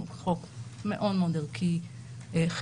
הוא חוק מאוד מאוד ערכי, חברתי,